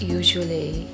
usually